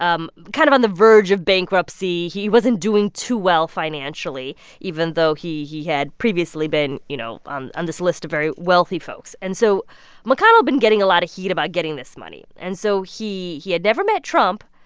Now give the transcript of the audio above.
um kind of on the verge of bankruptcy. he wasn't doing too well financially even though he he had previously been, you know, on on this list of very wealthy folks. and so mcconnell had been getting a lot of heat about getting this money. and so he he had never met trump,